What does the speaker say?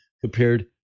compared